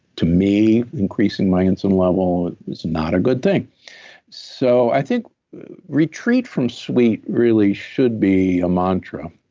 to me, increasing my insulin level is not a good thing so i think retreat from sweet really should be a mantra.